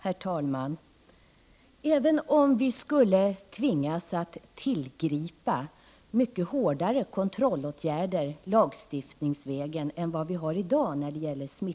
Prot. 1988/89:44 Herr talman! Även om vi skulle tvingas att tillgripa mycket hårdare 13 december 1988 kontrollåtgärder lagstiftningsvägen än dem vi har i dag när det gäller — Ana .sabutaa.